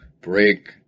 break